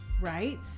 right